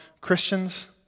Christians